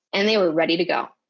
and they were ready to go.